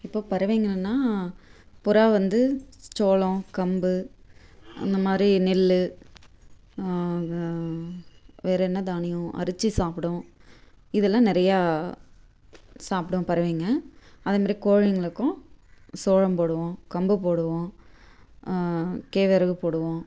இப்போது பறவைங்களுனா புறா வந்து சோளம் கம்பு அந்தமாதிரி நெல்லு வேறு என்ன தானியம் அரிசி சாப்பிடும் இதெல்லாம் நிறையா சாப்பிடும் பறவைங்க அதேமாதிரி கோழிங்களுக்கும் சோளம் போடுவோம் கம்பு போடுவோம் கேல்வரகு போடுவோம்